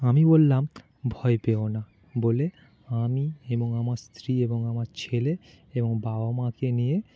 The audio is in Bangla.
আমি বললাম ভয় পেও না বলে আমি এবং আমার স্ত্রী এবং আমার ছেলে এবং বাবা মাকে নিয়ে